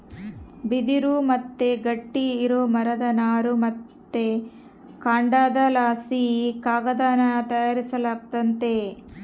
ಬಿದಿರು ಮತ್ತೆ ಗಟ್ಟಿ ಇರೋ ಮರದ ನಾರು ಮತ್ತೆ ಕಾಂಡದಲಾಸಿ ಕಾಗದಾನ ತಯಾರಿಸಲಾಗ್ತತೆ